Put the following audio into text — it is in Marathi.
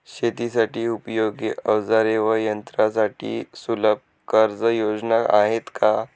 शेतीसाठी उपयोगी औजारे व यंत्रासाठी सुलभ कर्जयोजना आहेत का?